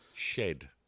Shed